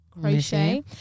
crochet